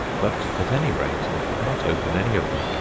but at any rate it would not open any of them.